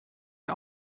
mir